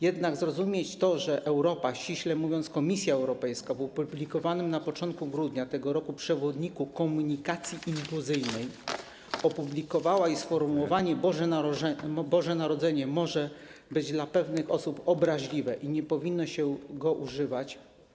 Jednak zrozumieć to, że Europa, ściśle mówiąc Komisja Europejska, w opublikowanym na początku grudnia tego roku przewodniku komunikacji inkluzyjnej ogłosiła, iż sformułowanie „Boże Narodzenie” może być dla pewnych osób obraźliwe i nie powinno się go używać.